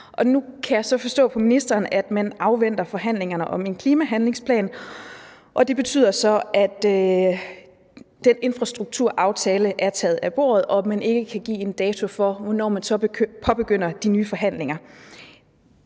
Nu kan jeg så forstå på ministeren, at man afventer forhandlingerne om en klimahandlingsplan, og det betyder så, at den infrastrukturaftale er taget af bordet, og at man ikke kan give en dato for, hvornår man så påbegynder de nye forhandlinger.